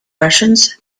russians